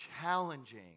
challenging